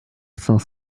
cinq